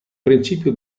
principio